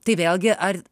tai vėlgi ar